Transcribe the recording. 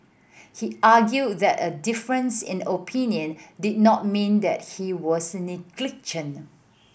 he argued that a difference in opinion did not mean that he was